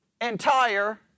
entire